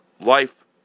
life